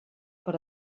per